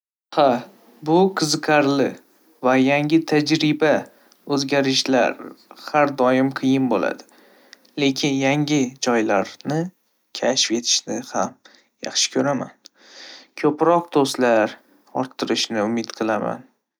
Ha, bu qiziqarli va yangi tajriba. O'zgarishlar har doim qiyin bo'ladi, lekin yangi joylarni kashf etishni ham yaxshi ko'raman. Ko'proq do'stlar orttirishni umid qilaman.